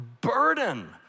burden